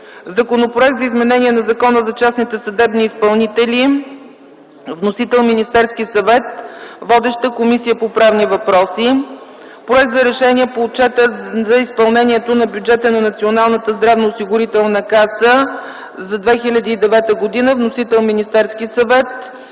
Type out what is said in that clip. Законопроект за изменение на Закона за частните съдебни изпълнители. Вносител е Министерският съвет. Водеща е Комисията по правни въпроси. Проект за решение по отчета за изпълнението на бюджета на Националната здравноосигурителна каса за 2009 г. Вносител е Министерският съвет.